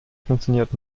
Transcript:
funktioniert